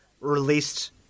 released